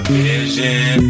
vision